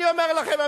אני אומר לכם,